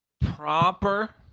Proper